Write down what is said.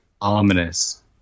ominous